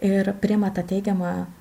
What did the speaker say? ir priima tą teigiamą